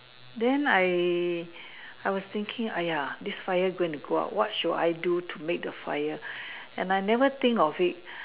then I I was thinking !aiya! this fire going to go out what should I do to make the fire and I never think of it